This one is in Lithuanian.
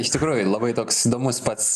iš tikrųjų labai toks įdomus pats